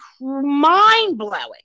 mind-blowing